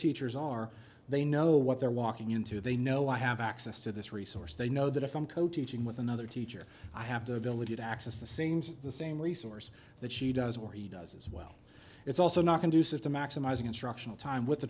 teachers are they know what they're walking into they know i have access to this resource they know that if i'm coaching with another teacher i have to ability to access the same the same resource that she does or he does as well it's also not conducive to maximizing instructional time with the